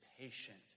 patient